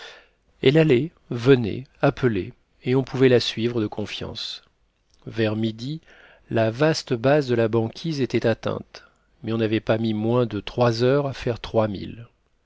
elle allait venait appelait et on pouvait la suivre de confiance vers midi la vaste base de la banquise était atteinte mais on n'avait pas mis moins de trois heures à faire